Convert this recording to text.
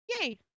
yay